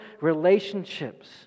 relationships